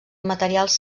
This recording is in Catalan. materials